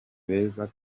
beza